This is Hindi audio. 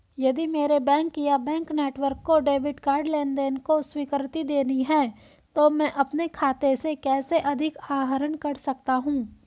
यदि मेरे बैंक या बैंक नेटवर्क को डेबिट कार्ड लेनदेन को स्वीकृति देनी है तो मैं अपने खाते से कैसे अधिक आहरण कर सकता हूँ?